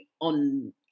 on